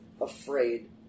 afraid